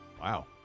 Wow